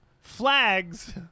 flags